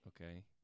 Okay